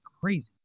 crazy